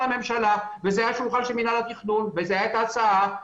הממשלה וזה היה על שולחן מנהל התכנון וזו הייתה הצעה.